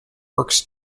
works